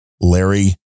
Larry